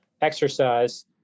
exercise